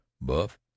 Buff